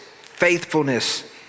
faithfulness